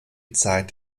zeit